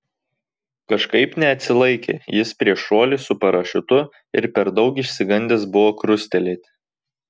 kažkaip neatsilaikė jis prieš šuolį su parašiutu ir per daug išsigandęs buvo krustelėti